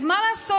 אז מה לעשות?